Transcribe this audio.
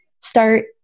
start